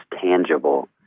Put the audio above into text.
tangible